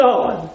God